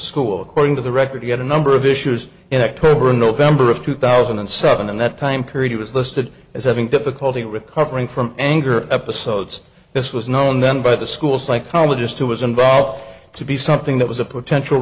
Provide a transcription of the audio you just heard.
school according to the record he had a number of issues in october november of two thousand and seven and that time period was listed as having difficulty recovering from anger episodes this was known then by the school psychologist who was involved to be something that was a potential